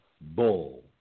bull